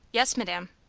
yes, madam.